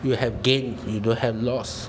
you have gain you don't have lost